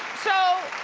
so,